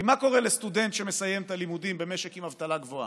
כי מה קורה לסטודנט שמסיים את הלימודים במשק עם אבטלה גבוהה?